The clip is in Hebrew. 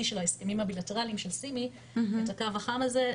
של ההסכמים הבילטרליים של סימי את הקו החם הזה,